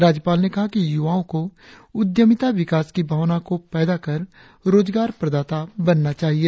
राज्यपाल ने कहा कि युवाओं को उद्यमिता विकास की भावना को पैदा कर रोजगार प्रदाता बनना चाहिए